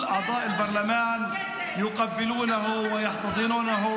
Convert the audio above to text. (-- וכל חברי הפרלמנט קפצו לנשק אותו ולחבק אותו.